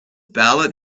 ballad